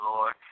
Lord